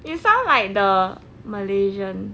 you sound like the malaysian